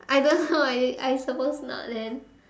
I don't know I I suppose not then